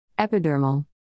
Epidermal